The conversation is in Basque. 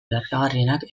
lazgarrienak